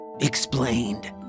explained